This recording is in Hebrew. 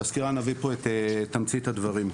בסקירה נביא את תמצית הדברים,